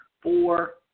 four